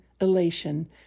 Elation